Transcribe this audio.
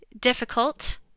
difficult